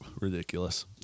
Ridiculous